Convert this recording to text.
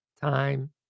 time